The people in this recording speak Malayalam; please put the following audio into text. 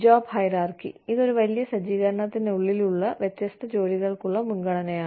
ജോബ് ഹൈറാർകി ഇത് ഒരു വലിയ സജ്ജീകരണത്തിനുള്ളിലുള്ള വ്യത്യസ്ത ജോലികൾക്കുള്ള മുൻഗണനയാണ്